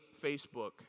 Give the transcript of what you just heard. Facebook